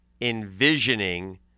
envisioning –